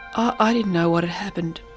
i didn't know what had happened,